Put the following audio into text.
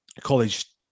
college